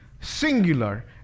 singular